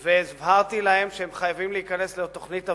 והבהרתי להם שהם חייבים להיכנס לתוכנית הבראה,